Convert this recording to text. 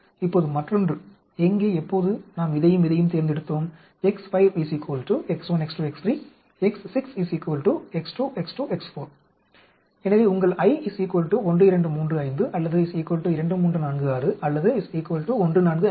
இப்போது மற்றொன்று எங்கே எப்போது நாம் இதையும் இதையும் தேர்ந்தெடுத்தோம் X5 X1 X2 X3 X6 X2 X2 X4 எனவே உங்கள் I 1235 அல்லது 2346 அல்லது 1456